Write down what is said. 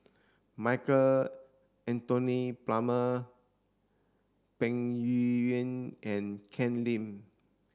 Michael Anthony Palmer Peng Yuyun and Ken Lim